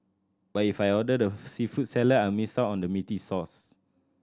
but if I order the seafood salad I'll miss out on the meaty sauce